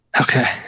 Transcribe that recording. okay